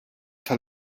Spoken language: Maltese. tal